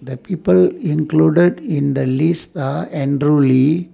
The People included in The lists Are Andrew Lee